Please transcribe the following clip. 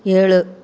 ஏழு